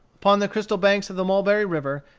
upon the crystal banks of the mulberry river,